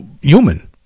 human